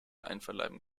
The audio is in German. einverleiben